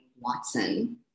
Watson